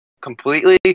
completely